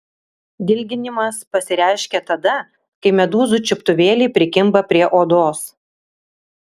dilginimas pasireiškia tada kai medūzų čiuptuvėliai prikimba prie odos